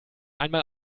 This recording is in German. einmal